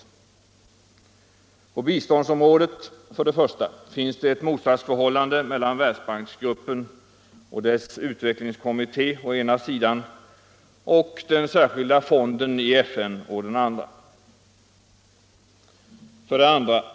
101 På biståndsområdet finns det ett motsatsförhållande mellan Världsbanksgruppen och dess utvecklingskommitté å ena sidan och den särskilda fonden i FN å den andra.